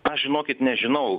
aš žinokit nežinau